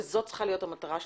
וזאת צריכה להיות המטרה שלנו,